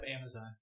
Amazon